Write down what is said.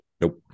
Nope